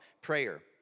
prayer